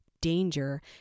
danger